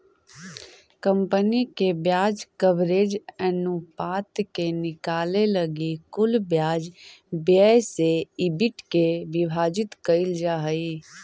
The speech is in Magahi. कंपनी के ब्याज कवरेज अनुपात के निकाले लगी कुल ब्याज व्यय से ईबिट के विभाजित कईल जा हई